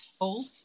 old